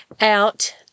out